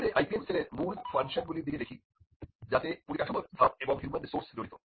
এখানে IPM সেলের মূল ফাংশন গুলির দিকে দেখি যাতে পরিকাঠামোর ধাপ এবং হিউম্যান রিসোর্স জড়িত